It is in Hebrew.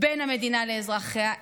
בין המדינה לאזרחיה.